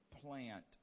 plant